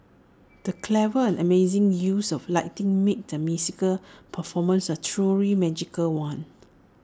the clever and amazing use of lighting made the musical performance A truly magical one